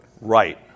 Right